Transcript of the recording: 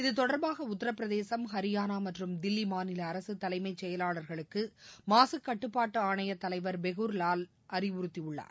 இது தொடர்பாக உத்தரபிரதேசம் ஹரியானா மற்றும் தில்லி மாநில அரசு தலைமை செயலாளர்களுக்கு மாசு கட்டுப்பாட்டு ஆணையத் தலைவர் பெகுர் லால் அறிவுறுத்தியுள்ளார்